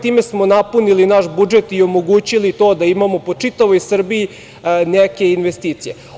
Time smo napunili naš budžet i omogućili to da imamo po čitavoj Srbiji neke investicije.